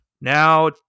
Now